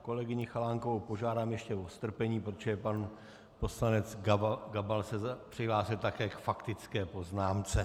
Kolegyni Chalánkovou požádám ještě o strpení, protože pan poslanec Gabal se přihlásil také k faktické poznámce.